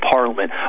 Parliament